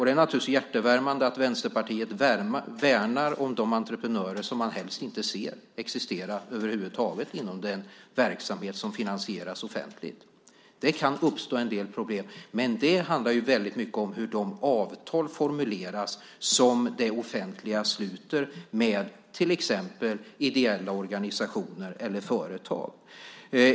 Det är naturligtvis hjärtevärmande att Vänsterpartiet värnar om de entreprenörer som de över huvud taget helst inte vill se existera inom den verksamhet som finansieras offentligt. Det kan uppstå en del problem, men det handlar väldigt mycket om hur de avtal som det offentliga sluter med till exempel ideella organisationer eller företag formuleras.